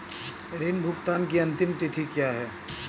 ऋण भुगतान की अंतिम तिथि क्या है?